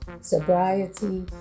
sobriety